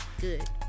good